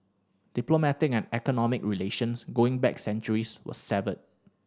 diplomatic and economic relations going back centuries were severed